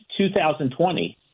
2020